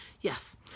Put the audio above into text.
yes